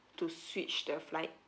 to switch the flight